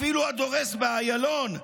אפילו הדורס באיילון,